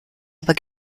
aber